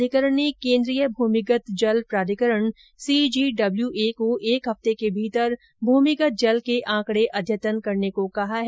अधिकरण ने केंद्रीय भूमिगत जल प्राधिकरण सीजीडब्ल्यूए को एक हफ्ते के भीतर भूमिगत जल के आंकडे अद्यतन करने को कहा है